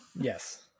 Yes